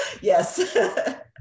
Yes